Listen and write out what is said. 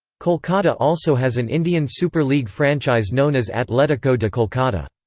kolkata also has an indian super league franchise known as atletico de kolkata.